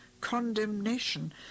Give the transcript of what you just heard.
condemnation